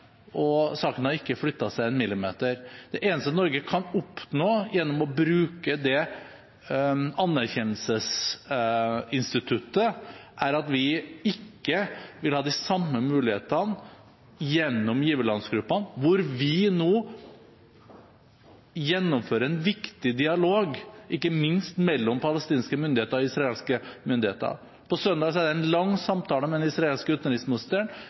og saken har ikke flyttet seg en millimeter. Det eneste Norge kan oppnå gjennom å bruke anerkjennelsesinstituttet, er at vi ikke vil ha de samme mulighetene gjennom giverlandsgruppen, hvor vi nå gjennomfører en viktig dialog, ikke minst mellom palestinske myndigheter og israelske myndigheter. Søndag hadde jeg en lang samtale med den israelske